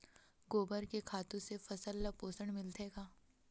गोबर के खातु से फसल ल पोषण मिलथे का?